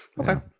Okay